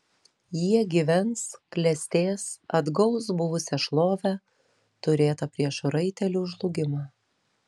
jie gyvens klestės atgaus buvusią šlovę turėtą prieš raitelių žlugimą